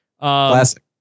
Classic